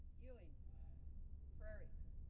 ewing frerichs